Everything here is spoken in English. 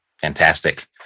Fantastic